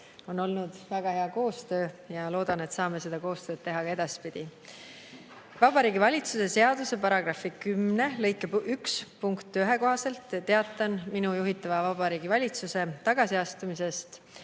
On olnud väga hea koostöö ja loodan, et saame seda koostööd teha ka edaspidi. Vabariigi Valitsuse seaduse § 10 lõike 1 punkti 1 kohaselt teatan minu juhitava Vabariigi Valitsuse tagasiastumisest